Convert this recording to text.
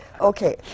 Okay